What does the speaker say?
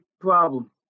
problem